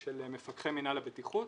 של מפקחי מינהל הבטיחות